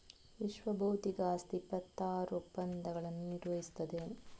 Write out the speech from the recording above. ವಿಶ್ವಬೌದ್ಧಿಕ ಆಸ್ತಿ ಇಪ್ಪತ್ತಾರು ಒಪ್ಪಂದಗಳನ್ನು ನಿರ್ವಹಿಸುತ್ತದೆ